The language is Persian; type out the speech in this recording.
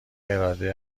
اراده